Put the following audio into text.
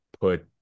put –